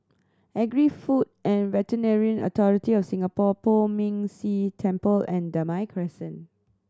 Agri Food and Veterinary Authority of Singapore Poh Ming Tse Temple and Damai Crescent